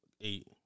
eight